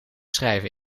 schrijven